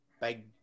big